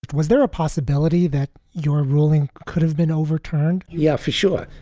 but was there a possibility that your ruling could have been overturned? yeah, for sure.